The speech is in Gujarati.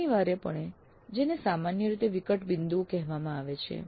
અનિવાર્યપણે જેને સામાન્ય રીતે વિકટ બિંદુઓ કહેવામાં આવે છે